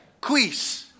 Quis